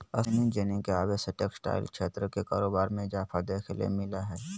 spinning jenny के आवे से टेक्सटाइल क्षेत्र के कारोबार मे इजाफा देखे ल मिल लय हें